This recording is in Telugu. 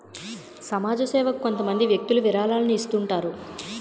సమాజ సేవకు కొంతమంది వ్యక్తులు విరాళాలను ఇస్తుంటారు